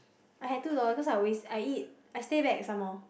I had two dollars cause I always I eat I stay back some more